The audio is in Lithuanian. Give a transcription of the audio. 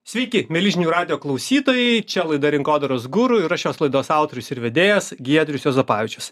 sveiki mieli žinių radijo klausytojai čia laida rinkodaros guru ir aš šios laidos autorius ir vedėjas giedrius juozapavičius